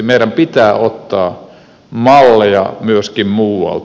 meidän pitää ottaa malleja myöskin muualta